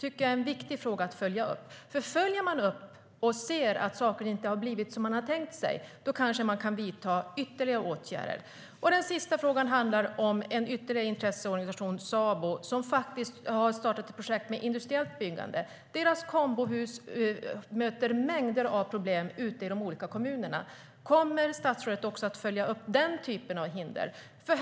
Det är en viktig fråga att följa upp. Följer man upp och ser att saker inte har blivit som man har tänkt sig kanske man kan vidta ytterligare åtgärder. Den sista frågan handlade om intresseorganisationen Sabo, som har startat ett projekt med industriellt byggande. Deras kombohus möter mängder av problem ute i kommunerna. Kommer statsrådet att följa upp den typen av hinder också?